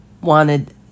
wanted